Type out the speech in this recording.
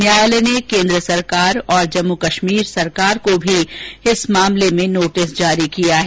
न्यायालय ने केन्द्र सरकार और जम्मू कश्मीर सरकार को भी इस मामले में नोटिस जारी किया है